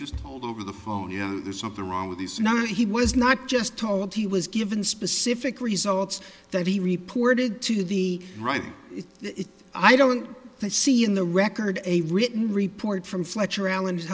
just over the phone you know there's something wrong with this not he was not just told he was given specific results that he reported to the right i don't see in the record a written report from fletcher allen